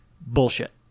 Bullshit